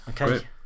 okay